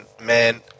man